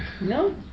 No